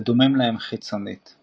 ודומים להם חיצונית.